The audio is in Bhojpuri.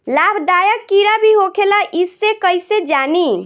लाभदायक कीड़ा भी होखेला इसे कईसे जानी?